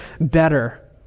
better